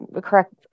correct